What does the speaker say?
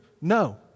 No